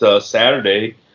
Saturday